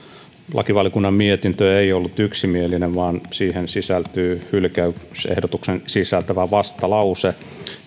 lakivaliokunnan mietintö ei ollut yksimielinen vaan siihen sisältyy hylkäysehdotuksen sisältävä vastalause